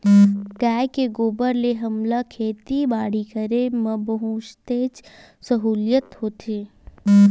गाय के गोबर ले हमला खेती बाड़ी करे म बहुतेच सहूलियत होथे